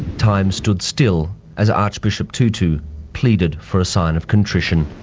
time stood still as archbishop tutu pleaded for a sign of contrition.